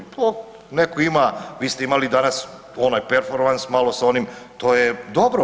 Netko ima, vi ste imali danas onaj performans malo sa onim to je dobro.